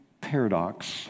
paradox